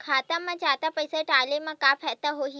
खाता मा जादा पईसा डाले मा का फ़ायदा होही?